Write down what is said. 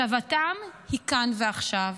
השבתם היא כאן ועכשיו.